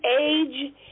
age